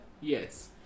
yes